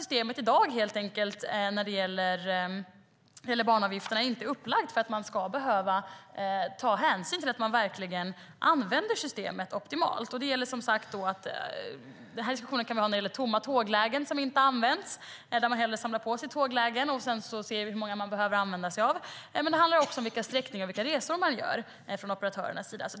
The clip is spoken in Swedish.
Systemet är helt enkelt inte när det gäller banavgifterna upplagt så att man ska behöva ta hänsyn till att man verkligen använder systemet optimalt. Här kan vi föra en diskussion om tomma tåglägen, lägen som inte används. Man samlar hellre på sig tåglägen, och så ser man hur många som behöver användas. Det handlar också om vilka sträckningar operatörerna har.